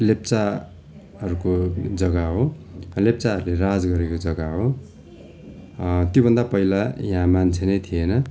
लेप्चाहरूको जगा हो लेप्चाहरूले राज गरेको जगा हो त्यो भन्दा पहिला यहाँ मान्छे नै थिएन